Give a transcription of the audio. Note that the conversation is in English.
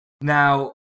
Now